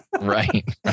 Right